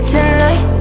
Tonight